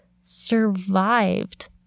survived